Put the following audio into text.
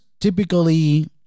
typically